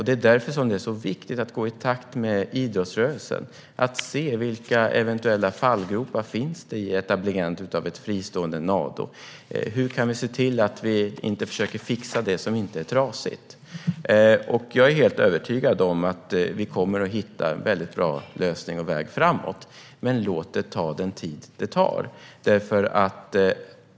Det är därför som det är så viktigt att gå i takt med idrottsrörelsen för att se vilka eventuella fallgropar det finns i etablerandet av en fristående Nado. Hur kan vi se till att vi inte försöker fixa det som inte är trasigt? Jag är helt övertygad om att vi kommer att hitta en väldigt bra lösning och en väg framåt, men låt det ta den tid som det tar.